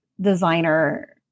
designer